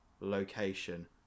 location